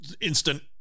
Instant